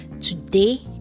today